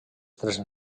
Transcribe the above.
tres